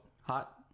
Hot